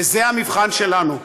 וזה המבחן שלנו.